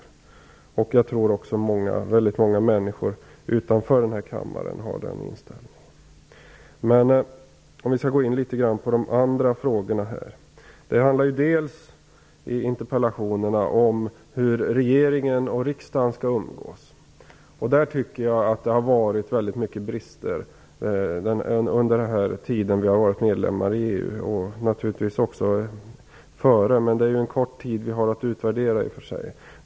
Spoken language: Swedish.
Den inställningen tror jag också att väldigt många människor utanför den här kammaren har. Jag skall också gå in litet grand på de andra frågorna. I interpellationerna handlar det bl.a. om hur regeringen och riksdagen skall umgås. Jag tycker att det har varit mycket brister på den punkten under den tid vi har varit medlemmar i EU, naturligtvis också före, men det är en kort tid vi har att utvärdera.